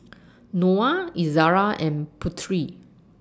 Noah Izara and Putri